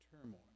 turmoil